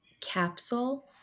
capsule